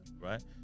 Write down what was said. right